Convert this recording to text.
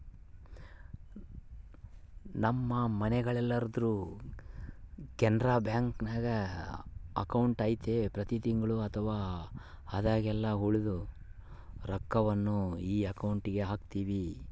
ನಮ್ಮ ಮನೆಗೆಲ್ಲರ್ದು ಕೆನರಾ ಬ್ಯಾಂಕ್ನಾಗ ಅಕೌಂಟು ಐತೆ ಪ್ರತಿ ತಿಂಗಳು ಅಥವಾ ಆದಾಗೆಲ್ಲ ಉಳಿದ ರೊಕ್ವನ್ನ ಈ ಅಕೌಂಟುಗೆಹಾಕ್ತಿವಿ